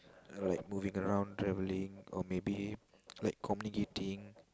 like moving around travelling or maybe like communicating